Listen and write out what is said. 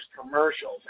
commercials